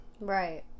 Right